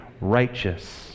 righteous